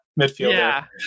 midfielder